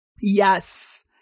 yes